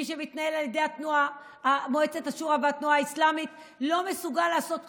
ומי שמתנהל על ידי מועצת השורא והתנועה האסלאמית לא מסוגל לעשות כלום,